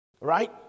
right